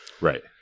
Right